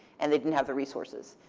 and they didn't have the resources.